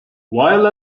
while